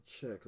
check